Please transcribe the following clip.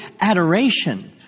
adoration